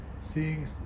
seeing